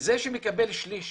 זה שמקבל שליש